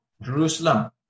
Jerusalem